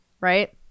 right